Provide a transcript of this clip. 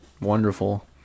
wonderful